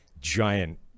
giant